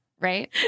right